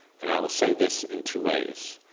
and i will say this in two ways,